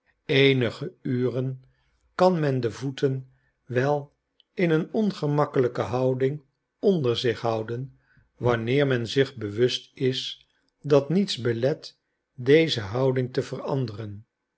eenige uren kan men de voeten wel in een ongemakkelijke houding onder zich houden wanneer men zich bewust is dat niets belet deze houding te veranderen